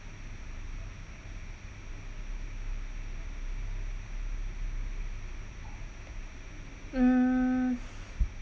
mm